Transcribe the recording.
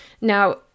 Now